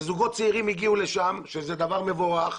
וזוגות צעירים הגיעו לשם, שזה דבר מבורך,